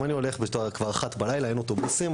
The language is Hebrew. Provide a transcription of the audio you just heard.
כבר אחת בלילה, אין אוטובוסים.